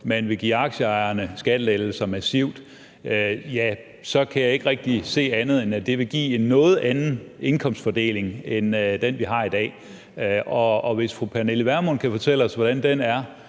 man vil give aktieejerne massive skattelettelser, ja, så kan jeg ikke rigtig se andet, end at det vil give en noget anden indkomstfordeling end den, vi har i dag. Og hvis fru Pernille Vermund kan fortælle os, hvordan den er,